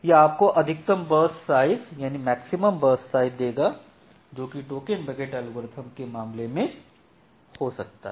यह आपको अधिकतम बर्स्ट साइज़ देगा जो टोकन बकेट एल्गोरिदम के मामले में हो सकता है